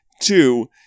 Two